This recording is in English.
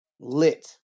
lit